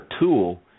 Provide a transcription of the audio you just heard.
tool